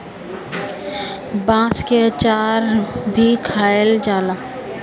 बांस के अचार भी खाएल जाला